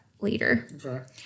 later